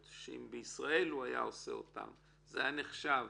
שלו היה עושה אותן בישראל זה היה נחשב